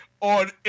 on